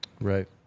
right